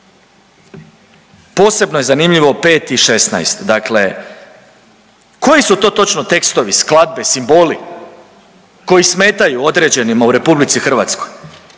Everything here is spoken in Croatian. Posebno je zanimljivo 5 i 16, dakle koji su to točno tekstovi, skladbe, simboli koji smetaju određenima u RH? Mi ovdje